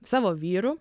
savo vyru